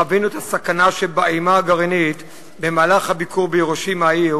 חווינו את הסכנה שבאימה הגרעינית במהלך הביקור בהירושימה העיר